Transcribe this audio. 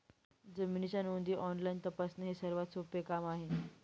जमिनीच्या नोंदी ऑनलाईन तपासणे हे सर्वात सोपे काम आहे